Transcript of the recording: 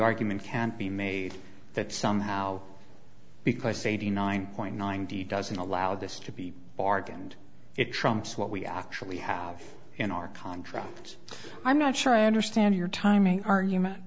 argument can be made that somehow because eighty nine point nine d doesn't allow this to be bargained it trumps what we actually have in our contract i'm not sure i understand your timing argument